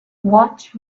watch